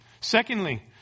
Secondly